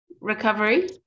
recovery